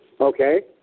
Okay